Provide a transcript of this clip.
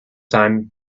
time